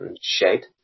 Shade